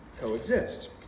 coexist